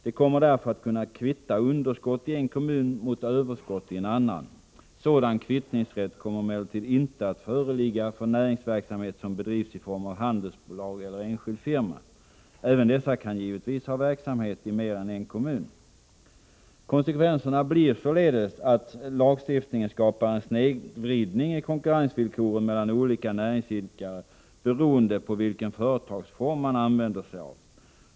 De kommer därför att kunna kvitta underskott i en kommun mot överskott i en annan. Sådan kvittningsrätt kommer emellertid inte att föreligga för näringsverksamhet som bedrivs i form av handelsbolag eller enskild firma. Även dessa kan givetvis ha verksamhet i mer än en kommun. Konsekvenserna blir således att lagstiftningen skapar en snedvridning i konkurrensvillkoren mellan olika näringsidkare beroende på vilken företagsform man använder sig av.